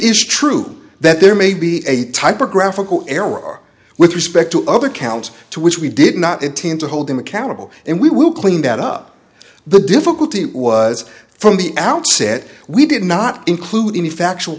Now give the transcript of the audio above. is true that there may be a typographical error with respect to other counts to which we did not intend to hold him accountable and we will clean that up the difficulty was from the outset we did not include any factual